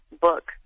book